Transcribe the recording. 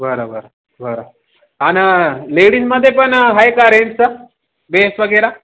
बरं बरं बरं आणि लेडीजमध्ये पण आहे का रेंटचं ड्रेस वगैरे